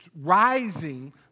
rising